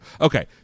Okay